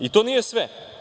I to nije sve.